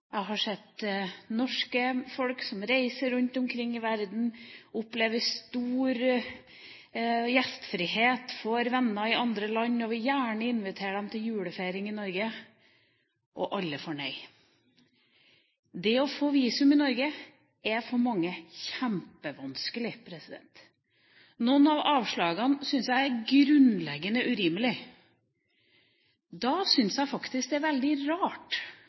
jeg har sett nordmenn som reiser rundt omkring i verden, opplever stor gjestfrihet hos venner i andre land, og gjerne vil invitere dem til julefeiring i Norge – og alle får nei. Det å få visum i Norge er for mange kjempevanskelig. Noen av avslagene syns jeg er grunnleggende urimelige. Jeg syns faktisk det er veldig rart